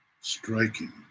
striking